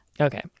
okay